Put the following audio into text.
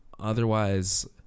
Otherwise